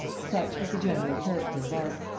such was the general character of art.